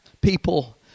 people